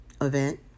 event